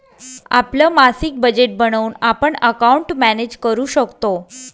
आपलं मासिक बजेट बनवून आपण अकाउंट मॅनेज करू शकतो